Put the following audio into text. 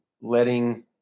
letting –